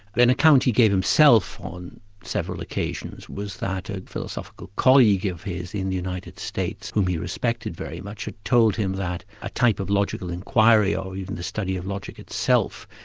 an account he gave himself on several occasions was that of a philosophical colleague of his in the united states whom he respected very much, had told him that a type of logical inquiry or even the study of logic itself,